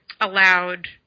allowed